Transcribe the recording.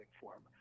form